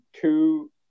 two